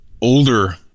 older